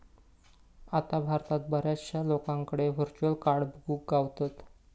आता भारतात बऱ्याचशा लोकांकडे व्हर्चुअल कार्ड बघुक गावतत